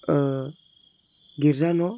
गिर्जा न'